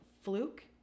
fluke